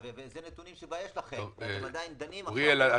אלה נתונים שכבר יש לכם ואתם עדיין דנים --- אוריאל,